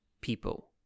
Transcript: people